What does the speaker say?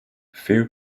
few